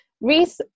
Reese